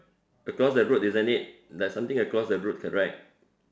across the road isn't it there's something across the road correct